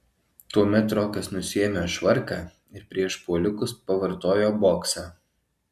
tuomet rokas nusiėmė švarką ir prieš puolikus pavartojo boksą